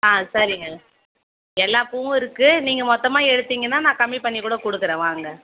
ஆ சரிங்க எல்லா பூவும் இருக்குது நீங்கள் மொத்தமாக எடுத்தீங்கன்னால் நான் கம்மி பண்ணி கூட கொடுக்குறேன் வாங்க